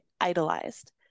idolized